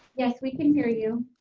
yes we can hear you.